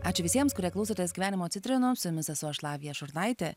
ačiū visiems kurie klausotės gyvenimo citrinos su jumis esu aš lavija šurnaitė